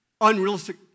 unrealistic